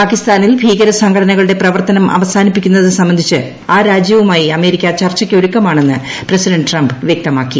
പാകിസ്ഥാനിൽ പ്രവർത്തനം അവസാനിപ്പിക്കുന്നത് സംബന്ധിച്ച് ആ രാജ്യവുമായി അമേരിക്ക ചർച്ചയ്ക്ക് ഒരുക്കമാണെന്ന് പ്രസിഡന്റ് ട്രംപ് വൃക്തമാക്കി